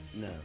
No